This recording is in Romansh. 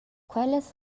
quellas